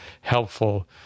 helpful